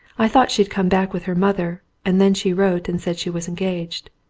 i thought she'd come back with her mother, and then she wrote and said she was engaged.